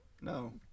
No